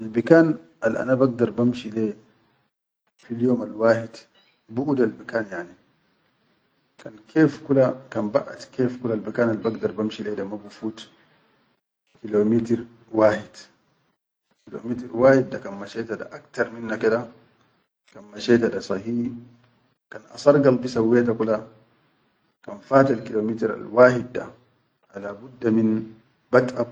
Albikan al ana bagdar bamsh leyya fil yom alwahit budalbikan yani, kan kef kula kan baʼad kef kulalbikan albamshi le da ma bifut kilomitir wahit, kilomitir wahit da kan masheta da aktar minna keda kan masheta da sahi kan asar galbi sawweta kula kan fatal kilomitir al wahid da fala budda min.